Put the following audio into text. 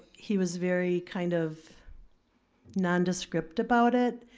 he was very kind of nondescript about it.